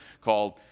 called